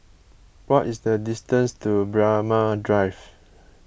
what is the distance to Braemar Drive